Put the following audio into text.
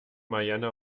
marianne